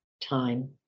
time